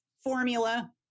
formula